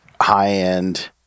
high-end